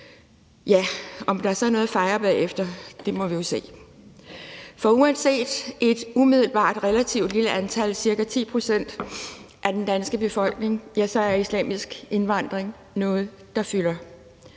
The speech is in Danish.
Om der så er noget at fejre bagefter, må vi jo se. For uanset at islamiske indvandrereumiddelbart udgør et relativt lille antal, nemlig ca. 10 pct. af den danske befolkning, ja, så er islamisk indvandring noget, der fylder.